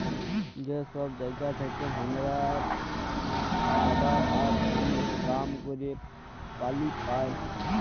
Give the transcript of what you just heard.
যে সব জায়গা থেক্যে হামরা খাবার আর ওল্য কাম ক্যরের পালি পাই